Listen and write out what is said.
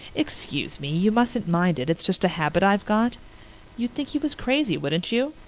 excuse me, you mustn't mind it. it's just a habit i've got you'd think he was crazy, wouldn't you?